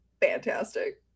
fantastic